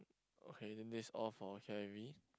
okay then this is all for K_I_V